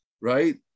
right